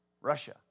Russia